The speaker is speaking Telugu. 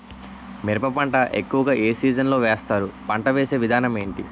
మిరప పంట ఎక్కువుగా ఏ సీజన్ లో వేస్తారు? పంట వేసే విధానం ఎంటి?